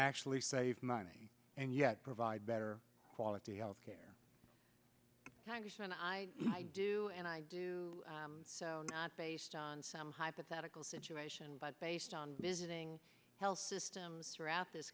actually save money and yet provide better quality health care congressman i i do and i do so not based on some hypothetical situation but based on visiting health systems throughout this